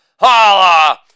Holla